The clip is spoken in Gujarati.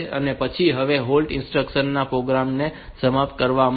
તો પછી હવે આ હોલ્ટ ઇન્સ્ટ્રક્શન્સ આ પ્રોગ્રામ ને સમાપ્ત કરવા માટે છે